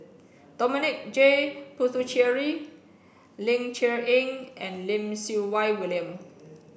Dominic J Puthucheary Ling Cher Eng and Lim Siew Wai William